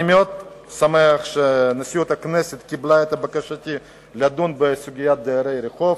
אני מאוד שמח שנשיאות הכנסת קיבלה את בקשתי לדון בסוגיית דרי הרחוב.